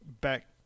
back